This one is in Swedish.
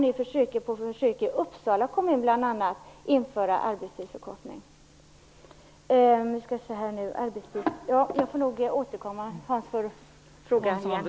Vi har dock också en motion som handlar om att man i